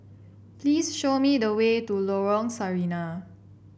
please show me the way to Lorong Sarina